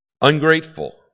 ungrateful